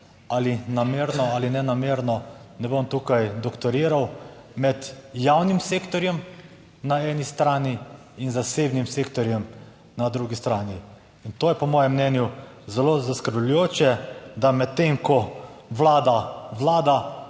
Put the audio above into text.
ali namerno ali nenamerno, ne bom tukaj doktoriral, med javnim sektorjem na eni strani in zasebnim sektorjem na drugi strani. In to je po mojem mnenju zelo zaskrbljujoče, da medtem ko Vlada vlada,